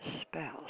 Spouse